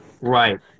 Right